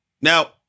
Now